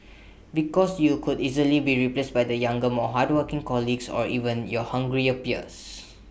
because you could easily be replaced by the younger more hardworking colleagues or even your hungrier peers